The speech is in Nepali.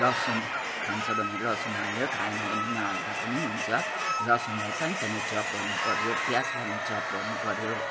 लसुन खान्छ भने लसुन हाल्यो खाएन भने नहाल्दा पनि हुन्छ लसुनलाई सान सानु चप गर्नु पऱ्यो प्याजलाई पनि चप गर्नुपऱ्यो